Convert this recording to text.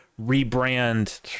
rebrand